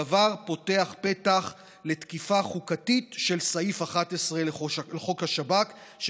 הדבר פותח פתח לתקיפה חוקתית של סעיף 11 לחוק השב"כ,